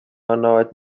annavad